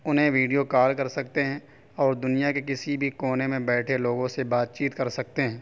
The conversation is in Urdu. انہیں ویڈیو کال کر سکتے ہیں اور دنیا کے کسی بھی کونے میں بیٹھے لوگوں سے بات چیت کر سکتے ہیں